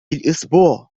الأسبوع